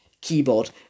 keyboard